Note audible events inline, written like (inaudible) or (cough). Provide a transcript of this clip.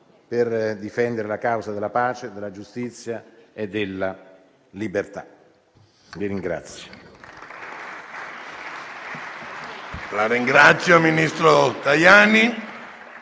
per difendere la causa della pace, della giustizia e della libertà. (applause)